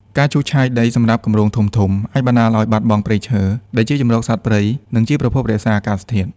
ការឈូសឆាយដីសម្រាប់គម្រោងធំៗអាចបណ្ដាលឲ្យបាត់បង់ព្រៃឈើ ដែលជាជម្រកសត្វព្រៃ និងជាប្រភពរក្សាអាកាសធាតុ។